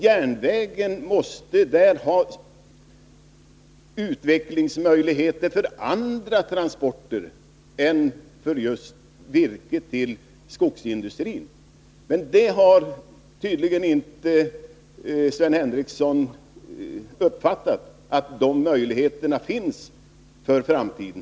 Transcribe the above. Järnvägen måste där ha utvecklingsmöjligheter för andra transporter än just transporter av virke till skogsindustrin. Men Sven Henricsson har tydligen inte uppfattat att de möjligheterna finns för framtiden.